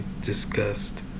discussed